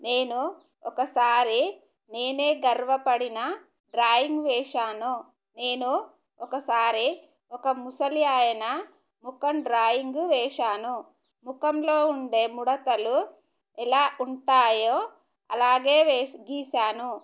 నేను ఒకసారి నేనే గర్వపడిన డ్రాయింగ్ వేశాను నేను ఒకసారి ఒక ముసలి ఆయన ముఖం డ్రాయింగ్ వేశాను ముఖంలో ఉండే ముడతలు ఎలా ఉంటాయో అలాగే వేసి గీసాను